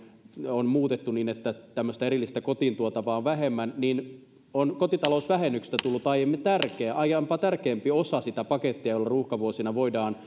on muutettu niin että tämmöistä erillistä kotiin tuotavaa on vähemmän on kotitalousvähennyksestä tullut aiempaa tärkeämpi osa sitä pakettia jolla ruuhkavuosina voidaan